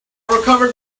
recovered